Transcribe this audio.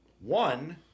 One